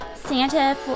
Santa